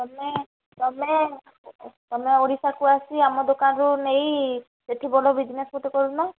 ତମେ ତମେ ତମେ ଓଡ଼ିଶାକୁ ଆସି ଆମ ଦୋକାନରୁ ନେଇ ସେଠି ଭଲ ବିଜନେସ୍ ଗୋଟେ କରୁନ